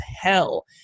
hell